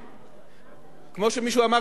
כמו שמישהו אמר, לפעמים לא קל אתך,